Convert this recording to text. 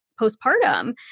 postpartum